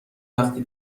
وقتی